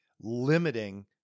limiting